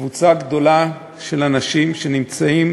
שקבוצה גדולה של אנשים שנמצאים